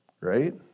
right